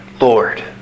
Lord